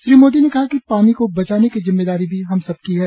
श्री मोदी ने कहा कि पानी को बचाने की जिम्मेदारी भी हम सबकी है